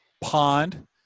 pond